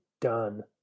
done